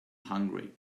hungry